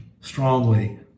strongly